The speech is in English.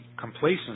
complacency